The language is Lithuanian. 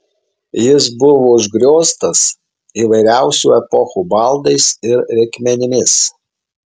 jis buvo užgrioztas įvairiausių epochų baldais ir reikmenimis